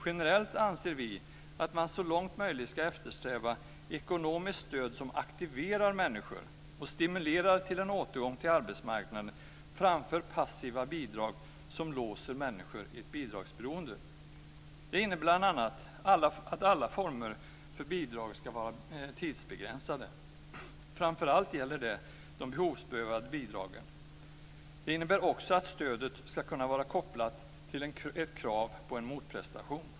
Generellt anser vi att man så långt möjligt ska eftersträva ekonomiskt stöd som aktiverar människor och stimulerar till en återgång till arbetsmarknaden framför passiva bidrag som låser människor i ett bidragsberoende. Det innebär bl.a. att alla former av bidrag ska vara tidsbegränsade. Framför allt gäller det de behovsprövade bidragen. Det innebär också att stödet ska kunna vara kopplat till ett krav på en motprestation.